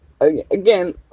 again